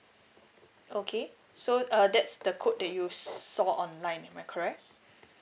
okay so uh that's the code that you saw online am I correct